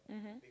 mmhmm